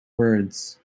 words